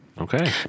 Okay